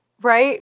Right